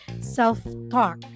self-talk